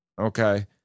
Okay